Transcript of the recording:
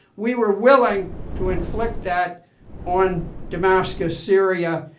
we were willing to inflict that on damascus, syria,